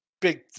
big